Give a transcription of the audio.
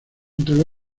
entregó